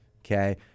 Okay